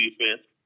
defense